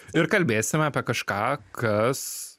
ir kalbėsim apie kažką kas